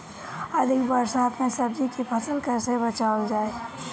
अधिक बरसात में सब्जी के फसल कैसे बचावल जाय?